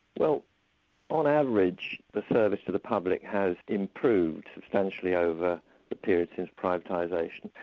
well on average the service to the public has improved substantially over the period since privatisation,